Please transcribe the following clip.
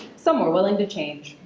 some were willing to change.